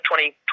20